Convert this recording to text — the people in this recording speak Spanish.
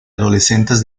adolescentes